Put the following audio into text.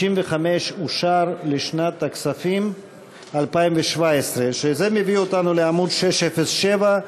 95 אושר לשנת הכספים 2017. זה מביא אותנו לעמוד 607,